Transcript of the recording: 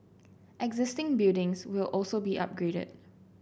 existing buildings will also be upgraded